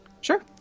Sure